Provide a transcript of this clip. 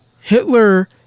Hitler